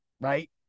right